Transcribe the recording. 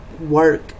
work